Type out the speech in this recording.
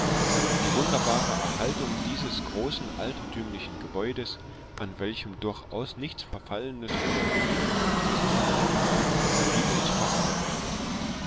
die wunderbare erhaltung dieses großen altertümlichen gebäudes an welchem durchaus nichts verfallenes oder ruinenartiges zu erblicken war fiel uns vor allem auf